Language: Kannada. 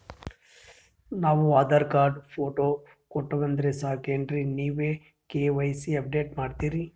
ನಾವು ಆಧಾರ ಕಾರ್ಡ, ಫೋಟೊ ಕೊಟ್ಟೀವಂದ್ರ ಸಾಕೇನ್ರಿ ನೀವ ಕೆ.ವೈ.ಸಿ ಅಪಡೇಟ ಮಾಡ್ತೀರಿ?